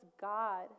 God